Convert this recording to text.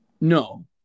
no